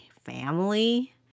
family